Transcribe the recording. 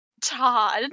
Todd